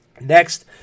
Next